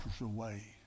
away